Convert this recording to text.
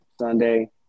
Sunday